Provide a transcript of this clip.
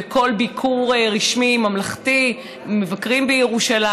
ובכל ביקור רשמי ממלכתי מבקרים בירושלים.